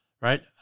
Right